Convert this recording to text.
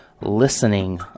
listening